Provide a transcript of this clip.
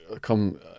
come